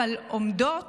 אבל עומדת